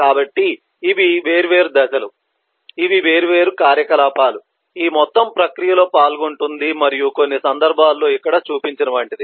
కాబట్టి ఇవి వేర్వేరు దశలు ఇవి వేర్వేరు కార్యకలాపాలు ఈ మొత్తం ప్రక్రియలో పాల్గొంటుంది మరియు కొన్ని సందర్భాల్లో ఇక్కడ చూపించిన వంటిది